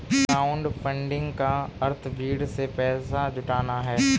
crowdfunding का अर्थ भीड़ से पैसा जुटाना है